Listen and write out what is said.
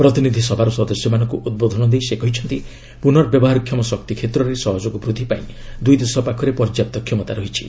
ପ୍ରତିନିଧି ସଭାର ସଦସ୍ୟମାନଙ୍କୁ ଉଦ୍ବୋଧନ ଦେଇ ସେ କହିଛନ୍ତି ପୁନଃବ୍ୟବହାରକ୍ଷମ ଶକ୍ତି କ୍ଷେତ୍ରରେ ସହଯୋଗ ବୃଦ୍ଧି ପାଇଁ ଦୁଇ ଦେଶ ପାଖରେ ପର୍ଯ୍ୟାପ୍ତ କ୍ଷମତା ରହିଛି